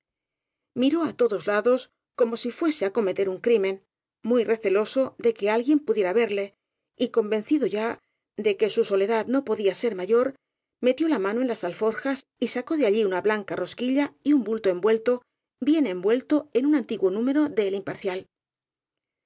miró á todos lados como si fuese á cometer un crimen muy receloso de que alguien pudiera ver le y convencido ya de que su soledad no podía ser mayor metió la mano en las alforjas y sacó de allí una blanca rosquilla y un bulto envuelto bien en vuelto en un antiguo número de el